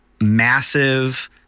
massive